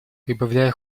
прибавляя